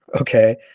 okay